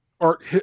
art